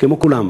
כמו כולם,